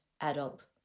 adult